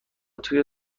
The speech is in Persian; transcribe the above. توی